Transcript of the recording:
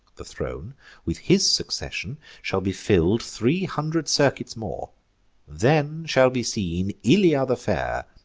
the throne with his succession shall be fill'd three hundred circuits more then shall be seen ilia the fair,